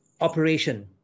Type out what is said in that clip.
operation